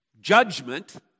Judgment